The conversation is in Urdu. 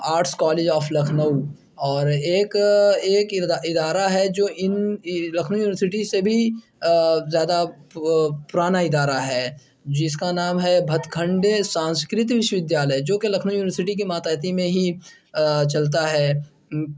آرٹس کالج آف لکھنؤ اور ایک ایک ادارہ ہے جو ان لکھنؤ یونیورسٹی سے بھی زیادہ پرانا ادارہ ہے جس کا نام ہے بھت کھنڈے سانسکرت وشو ودھیالیہ جو کہ لکھنؤ یونیورسٹی کے ماتحتی میں ہی چلتا ہے